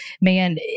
man